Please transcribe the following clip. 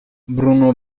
bruno